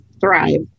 thrive